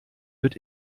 wird